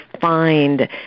find